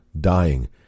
dying